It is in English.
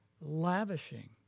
lavishing